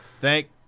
Thank